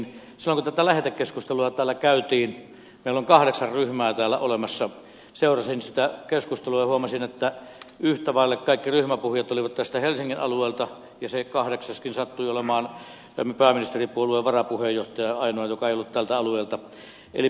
silloin kun lähetekeskustelua täällä käytiin meillä on kahdeksan ryhmää täällä olemassa seurasin keskustelua ja huomasin että yhtä vaille kaikki ryhmäpuhujat olivat helsingin alueelta ja se kahdeksaskin sattui olemaan pääministeripuolueen varapuheenjohtaja ainoa joka ei ollut tältä alueelta